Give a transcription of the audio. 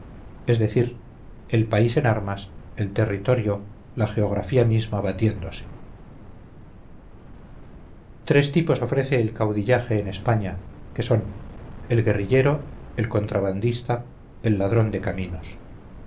es decir el país en armas el territorio la geografía misma batiéndose tres tipos ofrece el caudillaje en españa que son el guerrillero el contrabandista el ladrón de caminos